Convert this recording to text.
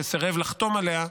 שסירב לחתום עליה,